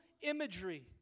imagery